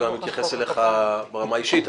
הוא גם התייחס אליך ברמה האישית.